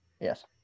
Yes